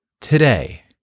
today